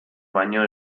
baino